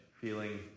feeling